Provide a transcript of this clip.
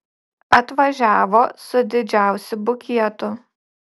atvažiavo su didžiausiu bukietu